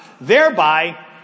thereby